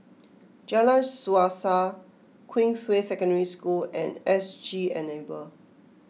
Jalan Suasa Queensway Secondary School and S G Enable